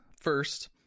First